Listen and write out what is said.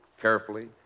carefully